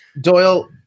Doyle